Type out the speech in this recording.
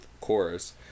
chorus